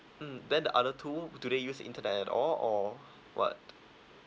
mm then the other two do they use internet at all or what